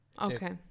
Okay